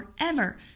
forever